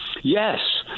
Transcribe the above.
yes